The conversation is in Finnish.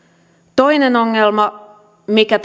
toinen ongelma mikä